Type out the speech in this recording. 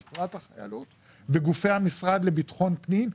בפרט החיילות בגופי המשרד לביטחון פנים,